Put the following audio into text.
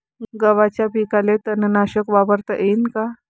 गव्हाच्या पिकाले तननाशक वापरता येईन का?